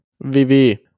Vivi